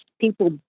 People